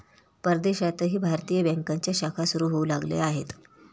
परदेशातही भारतीय बँकांच्या शाखा सुरू होऊ लागल्या आहेत